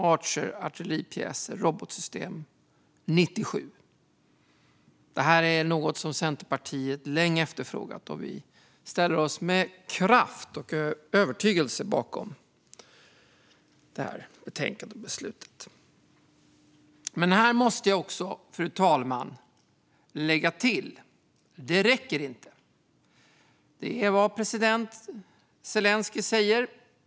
Det är artilleripjäser av typ Archer och robotsystem 97. Detta är något som vi från Centerpartiet länge efterfrågat, och vi ställer oss med kraft och övertygelse bakom det här betänkandet och beslutet. Men, fru talman, här måste jag lägga till något: Det räcker inte. Det är vad president Zelenskyj säger.